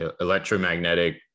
electromagnetic